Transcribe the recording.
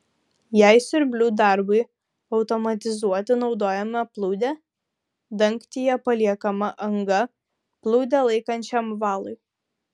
jei siurblių darbui automatizuoti naudojama plūdė dangtyje paliekama anga plūdę laikančiam valui